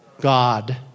God